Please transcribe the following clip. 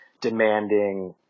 demanding